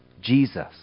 Jesus